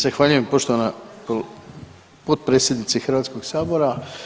Zahvaljujem poštovana potpredsjednice Hrvatskog sabora.